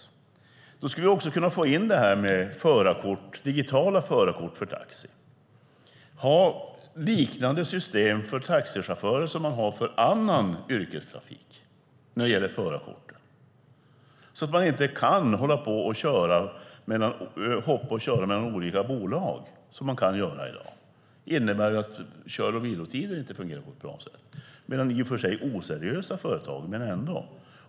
På så sätt skulle vi också kunna få in detta med digitala förarkort för taxi, alltså ha liknande system för taxichaufförer som för andra yrkesförare när det gäller förarkorten. Då skulle man inte kunna hålla på och hoppa mellan olika bolag. Det kan man i dag, vilket innebär att kör och vilotiderna inte fungerar på ett bra sätt. Det är i och för sig oseriösa företag, men ändå.